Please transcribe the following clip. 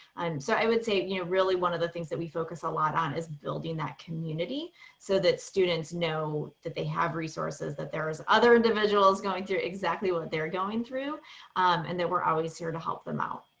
um so i would say you know really one of the things that we focus a lot on is building that community so that students know that they have resources, that there is other individuals going through exactly what they're going through and that we're always here to help them out.